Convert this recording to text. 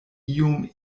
iom